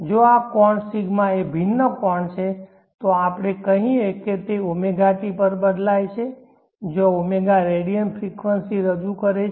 જો આ કોણ ρ એ ભિન્ન કોણ છે તો આપણે કહીએ કે તે ωt પર બદલાય છે જ્યાં ω રેડિયન ફ્રેકવંસી રજૂ કરે છે